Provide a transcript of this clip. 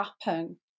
happen